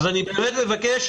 אני מבקש,